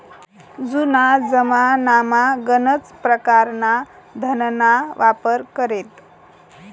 जुना जमानामा गनच परकारना धनना वापर करेत